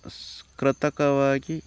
ಸ್ ಕೃತಕವಾಗಿ